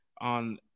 on